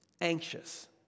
anxious